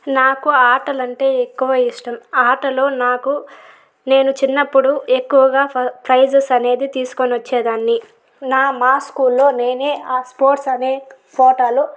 నాకు ఆటలంటే ఎక్కువ ఇష్టం ఆటలో నాకు నేను చిన్నప్పుడు ఎక్కువగా ఫ ప్రైజెస్ అనేది తీసుకొని వచ్చేదానిని నా మా స్కూల్ లో నేనే ఆ స్పోర్ట్స్ అనే కోటాలో